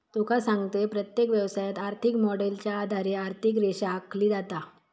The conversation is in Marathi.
तुका सांगतंय, प्रत्येक व्यवसायात, आर्थिक मॉडेलच्या आधारे आर्थिक रेषा आखली जाता